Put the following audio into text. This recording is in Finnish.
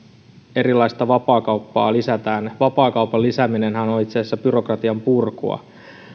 erilaista vapaakauppaa lisätään vapaakaupan lisääminenhän on itse asiassa byrokratian purkua